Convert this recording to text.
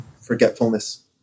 forgetfulness